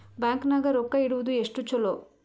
Bank ನಾಗ ರೊಕ್ಕ ಇಡುವುದು ಎಷ್ಟು ಚಲೋ?